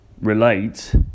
relate